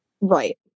Right